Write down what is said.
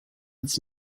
its